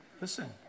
Listen